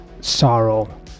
sorrow